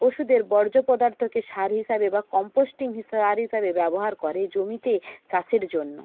পশুদের বর্জ্য পদার্থকে সার হিসাবে বা কম্পোস্টিং সার হিসাবে ব্যবহার করে জমিতে চাষের জন্য